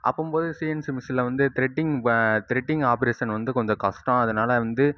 அப்போம்போது CNC மிஷினில் வந்து threading threading operation வந்து கொஞ்சம் கஷ்டம் அதனால வந்து